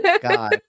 God